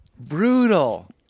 brutal